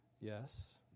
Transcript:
yes